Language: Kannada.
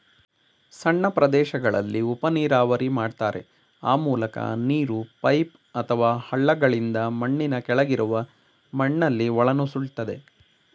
ಸಣ್ಣ ಪ್ರದೇಶಗಳಲ್ಲಿ ಉಪನೀರಾವರಿ ಮಾಡ್ತಾರೆ ಆ ಮೂಲಕ ನೀರು ಪೈಪ್ ಅಥವಾ ಹಳ್ಳಗಳಿಂದ ಮಣ್ಣಿನ ಕೆಳಗಿರುವ ಮಣ್ಣಲ್ಲಿ ಒಳನುಸುಳ್ತದೆ